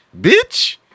Bitch